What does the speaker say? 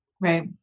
Right